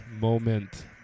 moment